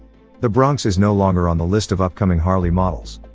the bronx is no longer on the list of upcoming harley models.